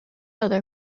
other